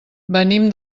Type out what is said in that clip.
venim